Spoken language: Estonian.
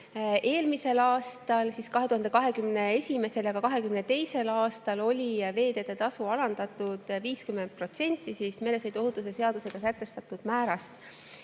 Eelmisel aastal, 2021. ja ka 2022. aastal oli veeteetasu alandatud 50% meresõiduohutuse seadusega sätestatud määrast.